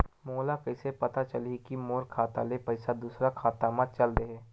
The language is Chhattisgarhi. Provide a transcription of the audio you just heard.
मोला कइसे पता चलही कि मोर खाता ले पईसा दूसरा खाता मा चल देहे?